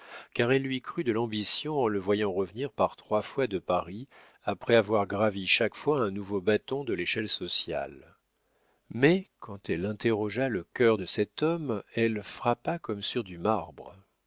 car elle lui crut de l'ambition en le voyant revenir par trois fois de paris après avoir gravi chaque fois un nouveau bâton de l'échelle sociale mais quand elle interrogea le cœur de cet homme elle frappa comme sur du marbre